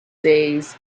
days